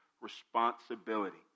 responsibility